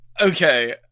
Okay